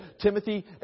Timothy